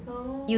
oo